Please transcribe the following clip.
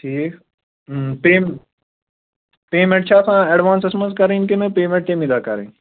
ٹھیٖک پے پیمٮ۪نٛٹ چھےٚ آسان اٮ۪ڈوانسَس منٛز کَرٕنۍ کِنہٕ پیمٮ۪نٛٹ تَمی دۄہ کَرٕنۍ